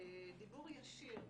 דיבור ישיר,